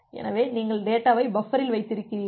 எனவே நீங்கள் டேட்டாவை பஃபரில் வைக்கிறீர்கள்